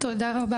ט': תודה רבה.